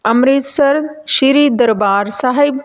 Amritsar Shri Darbar Sahib